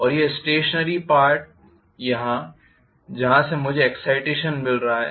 और यह stationary part भाग जहां से मुझे एक्साइटेशन मिल रहा है